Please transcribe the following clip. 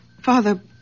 Father